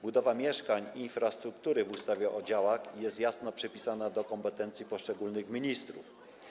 Budowa mieszkań i infrastruktury w ustawie o działach jest jasno przypisana do kompetencji poszczególnych ministrów.